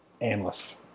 Analyst